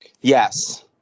Yes